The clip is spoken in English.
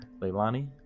leilani